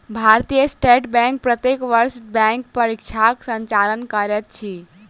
भारतीय state bank प्रत्येक वर्ष बैंक परीक्षाक संचालन करैत अछि